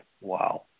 wow